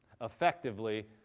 effectively